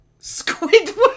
Squidward